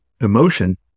Emotion